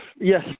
Yes